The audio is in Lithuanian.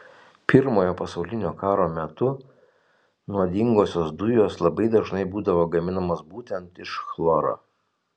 pirmojo pasaulinio karo metu nuodingosios dujos labai dažnai būdavo gaminamos būtent iš chloro